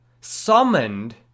summoned